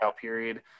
period